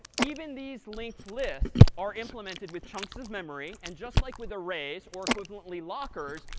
even these linked lists are implemented with chunks of memory. and just like with arrays, or equivalently lockers,